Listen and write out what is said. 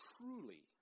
truly